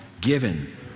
given